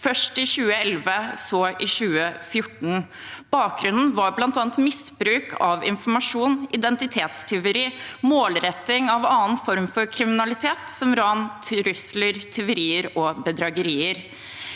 først i 2011, så i 2014. Bakgrunnen var bl.a. misbruk av informasjon, identitetstyveri, målretting av annen form for kriminalitet som ran, trusler, tyverier og bedragerier.